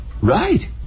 Right